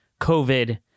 COVID